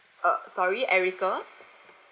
uh sorry erica